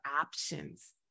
options